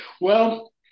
Well-